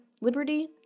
Liberty